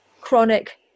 chronic